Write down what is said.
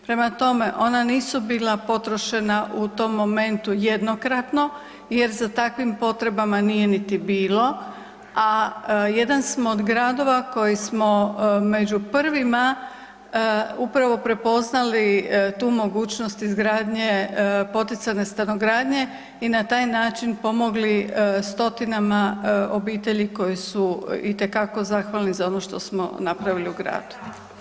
Prema tome ona nisu bila potrošena u tom momentu jednokratno, jer za takvim potrebama niti nije bilo, a jedan smo od Gradova koji smo među prvima upravo prepoznali tu mogućnost izgradnje poticane stanogradnje i na taj način pomogli stotinama obitelji koji su itekako zahvalni za ono što smo napravili u Gradu.